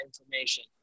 information